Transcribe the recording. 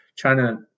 China